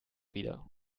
wieder